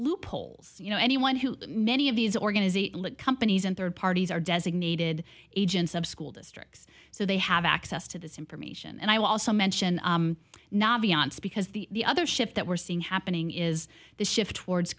loopholes you know anyone who many of these organizations companies and third parties are designated agents of school districts so they have access to the same metion and i also mention navi because the other shift that we're seeing happening is the shift towards